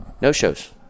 No-shows